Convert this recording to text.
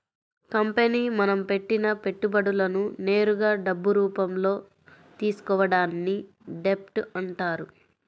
company మనం పెట్టిన పెట్టుబడులను నేరుగా డబ్బు రూపంలో తీసుకోవడాన్ని డెబ్ట్ అంటారు